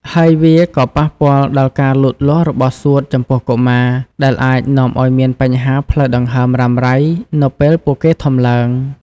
ហើយវាក៏ប៉ះពាល់ដល់ ការលូតលាស់របស់សួតចំពោះកុមារ ដែលអាចនាំឱ្យមានបញ្ហាផ្លូវដង្ហើមរ៉ាំរ៉ៃនៅពេលពួកគេធំឡើង។